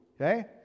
Okay